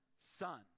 son